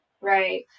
Right